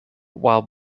while